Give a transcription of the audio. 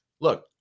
look